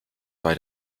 bei